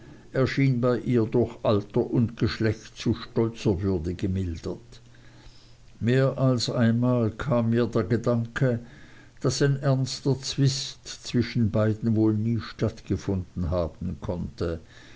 erschien bei ihr durch alter und geschlecht zu stolzer würde gemildert mehr als einmal kam mir der gedanke daß ein ernster zwist zwischen beiden wohl nie stattgefunden haben konnte